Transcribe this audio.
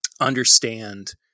understand